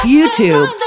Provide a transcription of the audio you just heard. YouTube